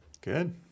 Good